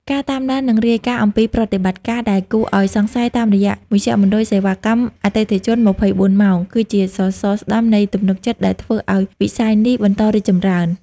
ការតាមដាន និងរាយការណ៍អំពីប្រតិបត្តិការដែលគួរឱ្យសង្ស័យតាមរយៈមជ្ឈមណ្ឌលសេវាកម្មអតិថិជន ២៤ ម៉ោង គឺជាសសរស្តម្ភនៃទំនុកចិត្តដែលធ្វើឱ្យវិស័យនេះបន្តរីកចម្រើន។